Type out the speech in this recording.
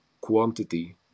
quantity